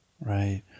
Right